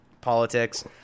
politics